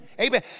Amen